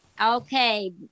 Okay